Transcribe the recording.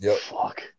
Fuck